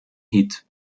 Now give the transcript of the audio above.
hit